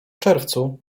czerwcu